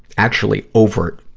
actually overt,